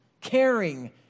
caring